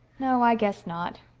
no, i guess not.